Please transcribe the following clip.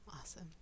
Awesome